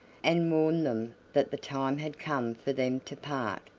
and warned them that the time had come for them to part.